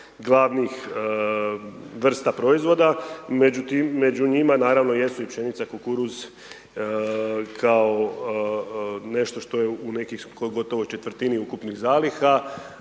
glavnih vrsta proizvoda među njima naravno i jesu pšenica, kukuruz kao nešto što je u nekih gotovo četvrtini ukupnih zaliha.